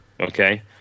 Okay